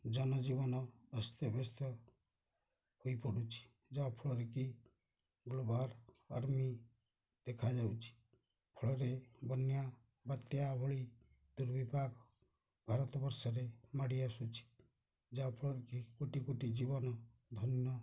ଜନଜୀବନ ଅସ୍ତବ୍ୟସ୍ତ ହୋଇପଡ଼ୁଛି ଯାହାଫଳରେ କି ଗ୍ଲୋବାଲ୍ୱାର୍ମିଂ ଦେଖାଯାଉଛି ଫଳରେ ବନ୍ୟା ବାତ୍ୟା ଭଳି ଦୁର୍ବିପାକ୍ ଭାରତ ବର୍ଷରେ ମାଡ଼ି ଆସୁଛି ଯାହାଫଳରେ କି କୋଟି କୋଟି ଜୀବନ ଧନ୍ୟ